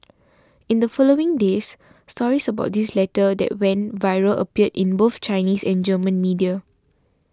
in the following days stories about his letter that went viral appeared in both Chinese and German media